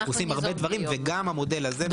אנחנו עושים הרבה דברים וגם המודל הזה.